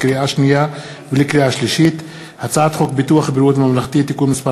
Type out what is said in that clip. לקריאה שנייה ולקריאה שלישית: הצעת חוק ביטוח בריאות ממלכתי (תיקון מס'